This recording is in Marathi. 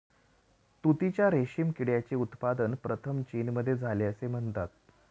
तुतीच्या रेशीम किड्याचे उत्पादन प्रथम चीनमध्ये झाले असे म्हणतात